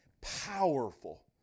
powerful